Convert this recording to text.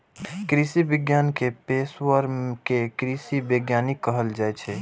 कृषि विज्ञान के पेशवर कें कृषि वैज्ञानिक कहल जाइ छै